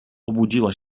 obudziła